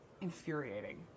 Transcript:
Infuriating